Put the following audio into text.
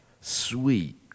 sweet